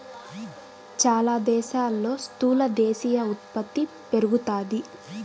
చాలా దేశాల్లో స్థూల దేశీయ ఉత్పత్తి పెరుగుతాది